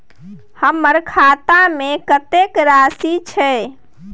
हमर खाता में कतेक राशि छै?